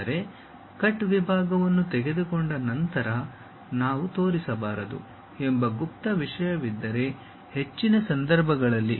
ಆದರೆ ಕಟ್ ವಿಭಾಗವನ್ನು ತೆಗೆದುಕೊಂಡ ನಂತರ ನಾವು ತೋರಿಸಬಾರದು ಎಂಬ ಗುಪ್ತ ವಿಷಯವಿದ್ದರೆ ಹೆಚ್ಚಿನ ಸಂದರ್ಭಗಳಲ್ಲಿ